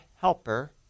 helper